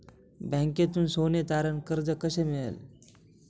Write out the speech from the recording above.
बँकेतून सोने तारण कर्ज कसे मिळेल?